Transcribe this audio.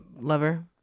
lover